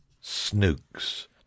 Snooks